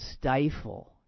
stifle